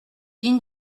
digne